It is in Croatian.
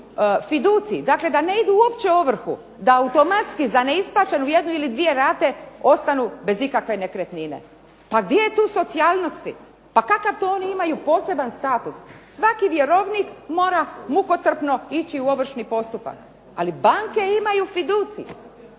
fiducij. Dakle, da ne idu uopće u ovrhu, da automatski za neisplaćenu jednu ili dvije rate ostanu bez ikakve nekretnine. Pa gdje je tu socijalnost? Pa kakav to oni imaju poseban status? Svaki vjerovnik mora mukotrpno ići u ovršni postupak. Ali banke imaju fiducij,